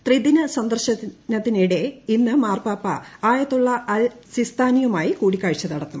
ത്രിദിന സന്ദർശനത്തിനിടെ ഇന്ന് മാർപ്പാപ്പ ആയതൊള്ള അൽ സിസ്ത്രാനിയുമായി കൂടിക്കാഴ്ച നടത്തും